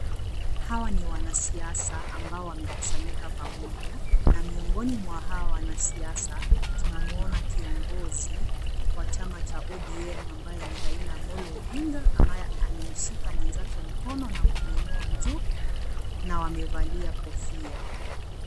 Hawa ni wanasiasa ambao wamekusanyika pamoja na miongoni mwa hawa wanasiasa tunamuona kiongozi, wa chama cha ODM ambaye ni Raila Amolo Odinga ambaye amemshika mwenzake mkono na kumuinua juu na wamevalia kofia.